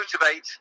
motivate